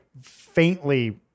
faintly